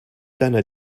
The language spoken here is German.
deiner